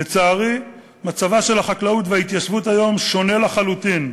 לצערי, מצב החקלאות וההתיישבות היום שונה לחלוטין.